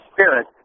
Spirit